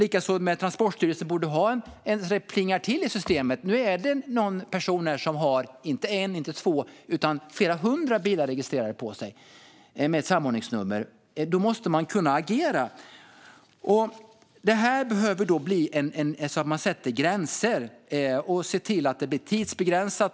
Även hos Transportstyrelsen borde det kunna plinga till i systemet - här är en person som har inte en eller två utan flera hundra bilar registrerade på sig med samordningsnummer. Då måste man kunna agera. Här behöver vi sätta gränser och se till att det blir tidsbegränsat.